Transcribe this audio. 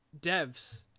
devs